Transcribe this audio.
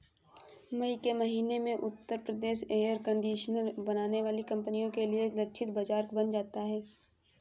मई के महीने में उत्तर प्रदेश एयर कंडीशनर बनाने वाली कंपनियों के लिए लक्षित बाजार बन जाता है